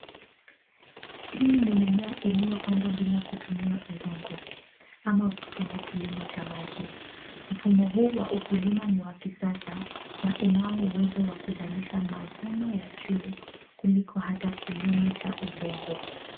Hii ni mimea iliopandwa bila kutumia udongo ama ukipenda kilimo cha maji. Mfumo huu wa ukulima ni wa kisasa na unao uwezo wa kuzalisha mavuno ya juu kuliko hata kilimo cha udongo.